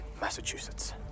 massachusetts